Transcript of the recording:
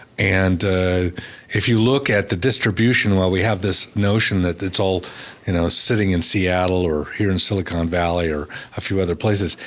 and if you look at the distribution level, we have this notion that it's all you know sitting in seattle or here in silicon valley or a few other places.